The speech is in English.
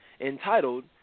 Entitled